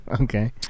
Okay